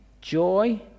joy